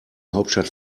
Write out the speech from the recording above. hauptstadt